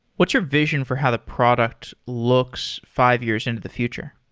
what's your vision for how the product looks five years into the future?